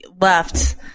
left